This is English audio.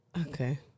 Okay